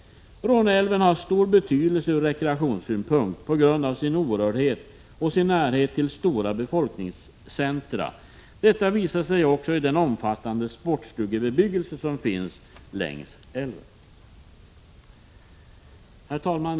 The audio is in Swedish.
Råneälven har stor betydelse ur rekreationssynpunkt på grund av sin orördhet och sin närhet till stora befolkningscentra. Detta visar sig också i den omfattande sportstugebebyggelsen som finns längs älven. Herr talman!